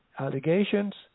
allegations